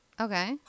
Okay